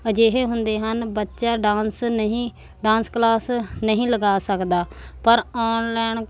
ਅਜਿਹੇ ਹੁੰਦੇ ਹਨ ਬੱਚਾ ਡਾਂਸ ਨਹੀਂ ਡਾਂਸ ਕਲਾਸ ਨਹੀਂ ਲਗਾ ਸਕਦਾ ਪਰ ਓਨਲਾਈਨ